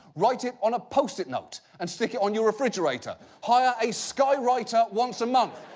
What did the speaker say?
write it on a post-it note and stick it on your refrigerator. hire a sky writer once a month.